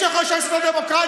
מי שחושב שזאת דמוקרטיה,